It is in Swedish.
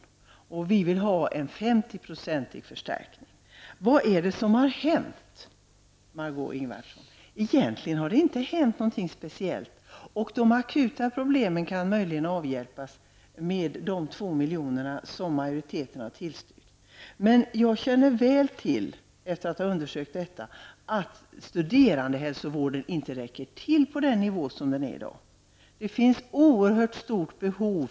Vi reservanter säger att det behövs en 50-procentig förstärkning. Margó Ingvardsson undrar vad det är som har hänt. Ja, egentligen har det inte hänt någonting speciellt. De akuta problemen kan möjligen avhjälpas genom de 2 miljoner som majoriteten har tillstyrkt. Efter att ha undersökt hur det förhåller sig är jag väl medveten om att nivån beträffande studerandehälsovården inte räcker till. Studenterna har oerhört stora behov.